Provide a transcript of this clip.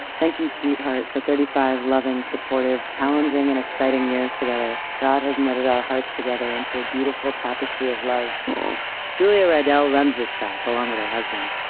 thank you, sweetheart, for thirty five loving, supportive, challenging and exciting years together. god has knitted our hearts together into a beautiful tapestry of love aw julia reydel runs this shop, along with her husband,